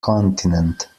continent